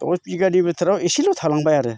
दस बिघानि बिथोराव एसेल' थालांबाय आरो